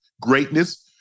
Greatness